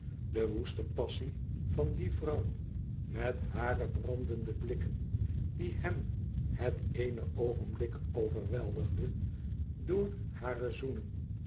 de woeste passie van die vrouw met hare brandende blikken die hem het eene oogenblik overweldigde door hare zoenen